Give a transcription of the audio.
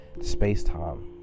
space-time